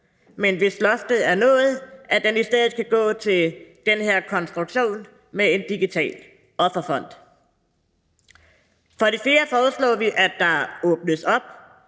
den, hvis loftet er nået, i stedet skal gå til den her konstruktion med en digital offerfond. Desuden foreslår vi, at der åbnes op